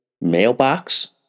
mailbox